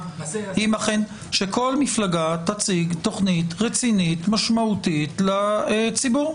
ושכל מפלגה תציג תכנית רצינית ומשמעותית לציבור.